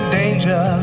danger